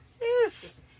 Yes